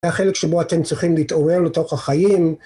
היה חלק שבו אתם צריכים להתעורר לתוך החיים.